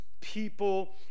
people